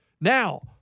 Now